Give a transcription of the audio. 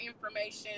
information